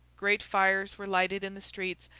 great fires were lighted in the streets,